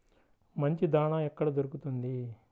మంచి దాణా ఎక్కడ దొరుకుతుంది?